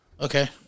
Okay